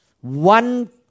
One